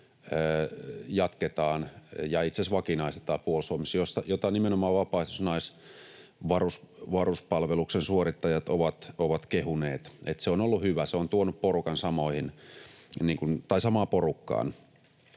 jatketaan ja itse asiassa vakinaistetaan Puolustusvoimissa. Sitä nimenomaan vapaaehtoisen varuspalveluksen suorittajat ovat kehuneet, että se on ollut hyvä, se on tuonut samaan porukkaan.